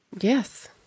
Yes